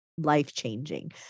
life-changing